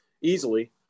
easily